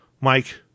Mike